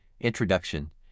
introduction